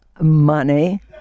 money